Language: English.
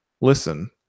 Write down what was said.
Listen